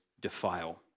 defile